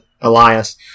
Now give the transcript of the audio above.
elias